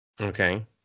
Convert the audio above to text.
Okay